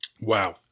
Wow